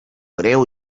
greu